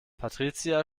patricia